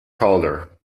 calder